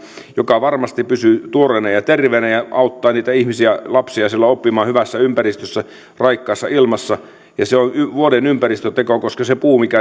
joka varmasti pysyy tuoreena ja terveenä ja auttaa niitä lapsia siellä oppimaan hyvässä ympäristössä raikkaassa ilmassa se on vuoden ympäristöteko koska